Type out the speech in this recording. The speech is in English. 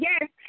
yes